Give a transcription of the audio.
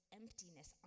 emptiness